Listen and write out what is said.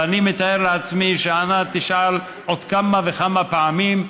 ואני מתאר לעצמי שענת תשאל עוד כמה וכמה פעמים,